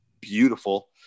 beautiful